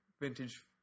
vintage